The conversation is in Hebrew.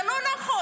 זה לא נכון.